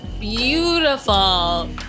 beautiful